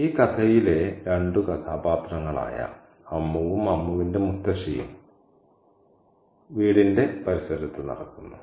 ഈ കഥയിലെ രണ്ടു കഥാപാത്രങ്ങളായ അമ്മുവും അമ്മുവിൻറെ മുത്തശ്ശിയും വീടിന്റെ പരിസരത്തു നടക്കുന്നു